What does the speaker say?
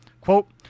Quote